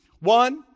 One